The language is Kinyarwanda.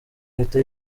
ahita